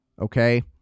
Okay